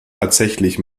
tatsächlich